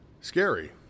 scary